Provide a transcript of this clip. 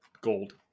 gold